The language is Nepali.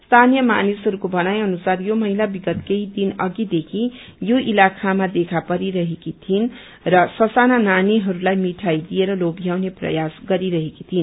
स्थानीय मानिसहरूको भनाई अनुसार यो महिला विगत केही दिन अधिदेखि यो इलाकामा देखा परिरहेकी विई र स साना नानीहरूलाई मिठाई दिएर लोम्याउने प्रयास गरिरहेकी विई